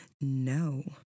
No